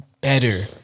better